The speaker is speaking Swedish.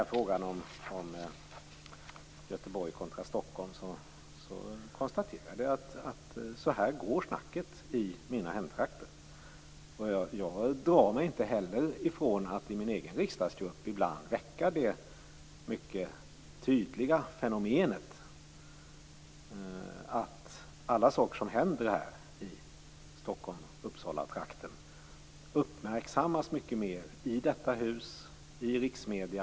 I frågan om Göteborg kontra Stockholm konstaterade jag att så här går snacket i mina hemtrakter. Jag drar mig inte heller för att i min egen riksdagsgrupp ibland väcka det mycket tydliga fenomenet att alla saker som händer här i Stockholm-Uppsala-trakten uppmärksammas mycket mer i detta hus och i riksmedierna.